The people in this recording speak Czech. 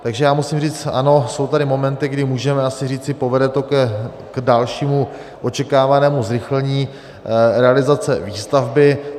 Takže já musím říct ano, jsou tady momenty, kdy můžeme asi říci: povede to k dalšímu očekávanému zrychlení realizace výstavby.